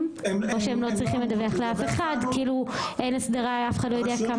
או שהן לא צריכות לדווח לאף אחד כי אין הסדרה ואף אחד לא יודע?